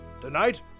Tonight